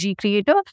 creator